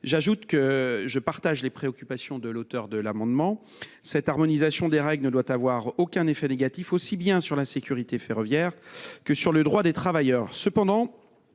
J’ajoute que je partage les préoccupations de l’auteur de l’amendement : cette harmonisation des règles ne doit avoir aucun effet négatif ni sur la sécurité ferroviaire ni sur les droits des travailleurs.